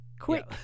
quick